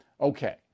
Okay